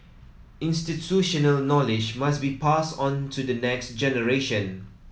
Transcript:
institutional knowledge must be passed on to the next generation